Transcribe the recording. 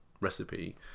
recipe